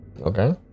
Okay